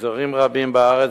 באזורים רבים בארץ,